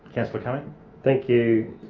councillor cumming thank you,